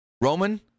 Roman